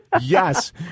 Yes